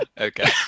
Okay